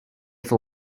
for